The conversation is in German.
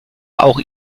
auch